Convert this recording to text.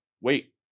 Wait